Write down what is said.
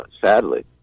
sadly